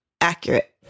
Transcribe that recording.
accurate